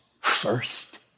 First